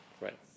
Right